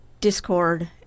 Discord